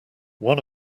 one